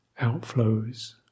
outflows